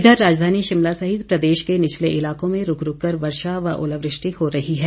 इधर राजधानी शिमला सहित प्रदेश के निचले इलाकों में रूक रूक कर वर्षा व ओलावृष्टि हो रही है